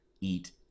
eat